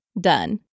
done